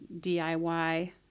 DIY